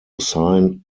assigned